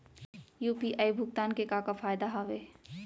UPI भुगतान के का का फायदा हावे?